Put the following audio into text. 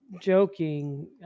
joking